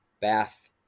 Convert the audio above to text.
Bath